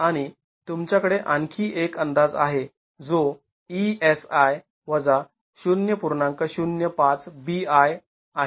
आणि तुमच्याकडे आणखी एक अंदाज आहे जो आहे